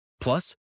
Plus